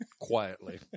quietly